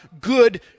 good